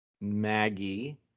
maggie